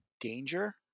danger